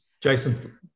Jason